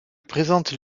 présentent